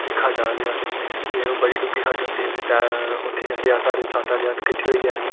उसी खड्ड आखदे अस ते ओह् बड़ी डूंह्गी खड्ड होंदी ही उत्थे जंदे हे अस सारे सत्त अट्ठ जगत किट्ठे होइयै